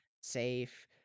safe